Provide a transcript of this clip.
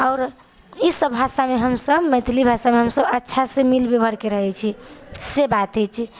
आओर ईसब भाषामे हमसब मैथिली भाषामे हमसब अच्छासँ मिल बेबहारके रहै छी से बात होइ छै